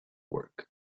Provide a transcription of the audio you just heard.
work